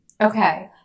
Okay